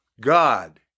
God